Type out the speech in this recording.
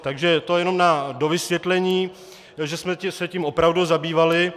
Takže to jenom na dovysvětlení, že jsme se tím opravdu zabývali.